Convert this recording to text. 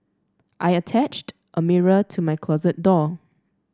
I attached a mirror to my closet door